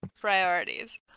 Priorities